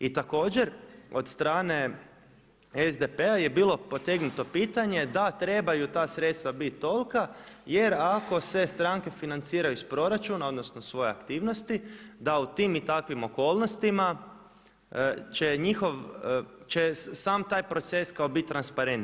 I također od strane SDP-a je bilo potegnuto pitanje da trebaju ta sredstva biti tolika jer ako se stranke financiraju iz proračuna, odnosno svoje aktivnosti da u tim i takvim okolnostima će njihov, će sam taj proces kao biti transparentni.